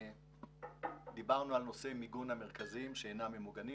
דיברנו על מיגון המרכזים שאינם ממוגנים,